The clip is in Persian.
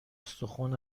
استخون